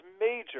major